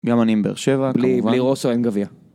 גם אני עם באר שבע, בלי רוסו אין גביע.